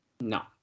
No